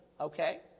okay